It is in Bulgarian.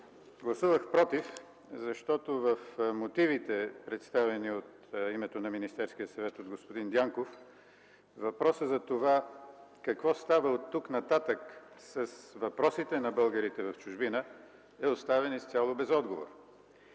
Гласувах против, защото в мотивите, представени от името на Министерския съвет от господин Дянков, въпросът за това какво става оттук-нататък с въпросите на българите в чужбина е оставен изцяло без отговор.